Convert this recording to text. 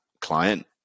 client